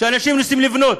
שאנשים רוצים לבנות,